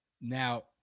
now